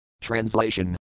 Translation